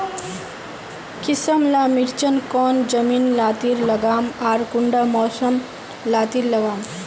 किसम ला मिर्चन कौन जमीन लात्तिर लगाम आर कुंटा मौसम लात्तिर लगाम?